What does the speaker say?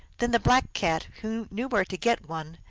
then the black cat, who knew where to get one,